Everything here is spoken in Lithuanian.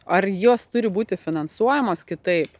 ar jos turi būti finansuojamos kitaip